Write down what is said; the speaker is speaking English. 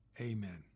Amen